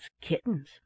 kittens